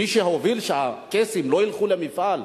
מי שהוביל שהקייסים לא ילכו למפעל,